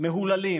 מהוללים